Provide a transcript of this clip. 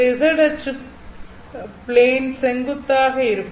இந்த z அச்சு plane க்கு செங்குத்தாக இருக்கும்